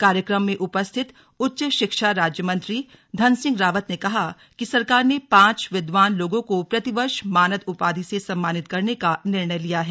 कार्यक्रम में उपस्थित उच्च शिक्षा राज्य मंत्री धन सिंह रावत ने कहा कि सरकार ने पांच विद्वान लोगों को प्रतिवर्ष मानद उपाधि से सम्मानित करने का निर्णय लिया है